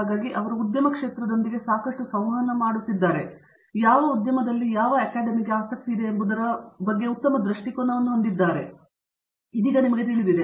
ಹಾಗಾಗಿ ಅವರು ಉದ್ಯಮ ಕ್ಷೇತ್ರದೊಂದಿಗೆ ಸಾಕಷ್ಟು ಸಂವಹನ ಮಾಡುತ್ತಿದ್ದಾರೆ ಮತ್ತು ಯಾವ ಉದ್ಯಮದಲ್ಲಿ ಯಾವ ಅಕಾಡೆಮಿಗೆ ಆಸಕ್ತಿಯಿದೆ ಎಂಬುದರ ಉತ್ತಮ ದೃಷ್ಟಿಕೋನವನ್ನು ಹೊಂದಿದ್ದಾರೆ ಇದೀಗ ನಿಮಗೆ ತಿಳಿದಿದೆ